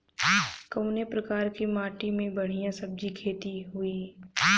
कवने प्रकार की माटी में बढ़िया सब्जी खेती हुई?